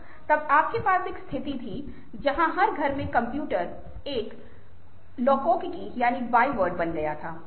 तब आपके पास एक स्थिति थी जहां हर घर में कंप्यूटर एक लोकोकी बाइट बन गए थे